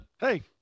hey